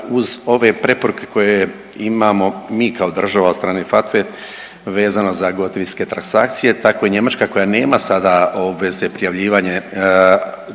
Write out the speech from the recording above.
uz ove preporuke koje imamo mi kao država od strane FATV-e vezano za gotovinske transakcije tako i Njemačka koja nema sada obveze prijavljivanja